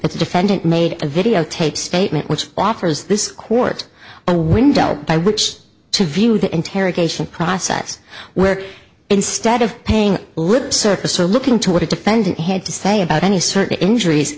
that the defendant made a videotape statement which offers this court a window by which to view the interrogation process where instead of paying lip service or looking to what a defendant had to say about any certain injuries